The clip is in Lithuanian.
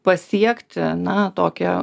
pasiekti na tokią